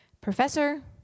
professor